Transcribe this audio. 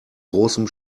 großem